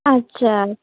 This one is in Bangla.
আচ্ছা